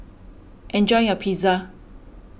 enjoy your Pizza